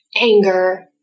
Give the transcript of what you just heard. anger